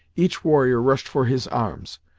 each warrior rushed for his arms,